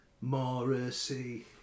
morrissey